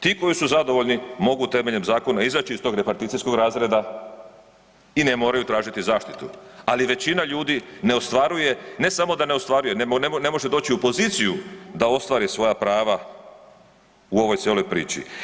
Ti koji su zadovoljni mogu temeljem zakona izaći iz tog reparticijskog razreda i ne moraju tražiti zaštitu, ali većina ljudi ne ostvaruje, ne samo da ne ostvaruje nego ne može doći u poziciju da ostvari svoja prava u ovoj cijeloj priči.